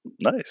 Nice